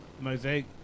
mosaic